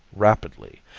rapidly,